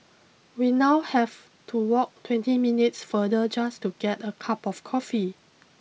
we now have to walk twenty minutes further just to get a cup of coffee